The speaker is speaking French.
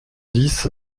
dix